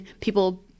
people